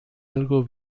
algo